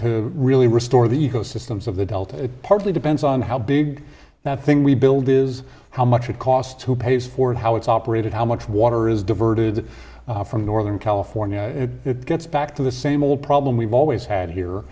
to really restore the ecosystems of the delta it partly depends on how big that thing we build is how much it costs who pays for it how it's operated how much water is diverted from northern california it gets back to the same old problem we've always had here